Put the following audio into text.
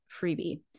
freebie